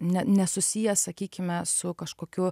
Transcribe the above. ne nesusiję sakykime su kažkokiu